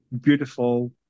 Beautiful